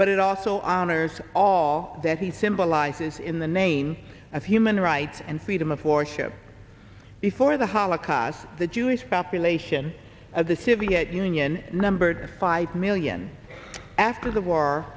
but it also honors all that he symbolizes in the name of human rights and freedom of worship before the holocaust the jewish population of the city at union numbered five million after the war